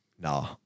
No